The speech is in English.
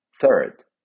Third